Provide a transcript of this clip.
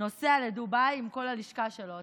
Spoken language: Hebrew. נוסע לדובאי עם כל הלשכה שלו.